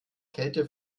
kälte